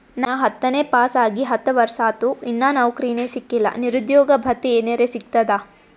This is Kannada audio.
ನಾ ಹತ್ತನೇ ಪಾಸ್ ಆಗಿ ಹತ್ತ ವರ್ಸಾತು, ಇನ್ನಾ ನೌಕ್ರಿನೆ ಸಿಕಿಲ್ಲ, ನಿರುದ್ಯೋಗ ಭತ್ತಿ ಎನೆರೆ ಸಿಗ್ತದಾ?